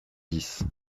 dix